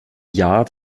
jahr